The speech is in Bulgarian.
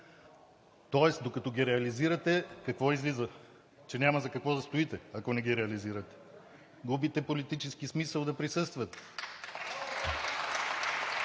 Тоест докато ги реализирате, какво излиза – че няма за какво да стоите, ако не ги реализирате? Губите политически смисъл да присъствате